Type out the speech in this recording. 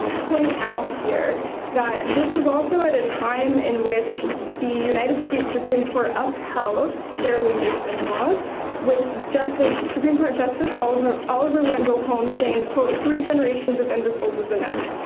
point out here that this is also at a time in which the united states supreme court upheld sterilization laws with supreme court justice oliver oliver wendell holmes saying quote three generations of imbeciles is enough,